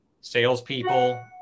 salespeople